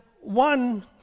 one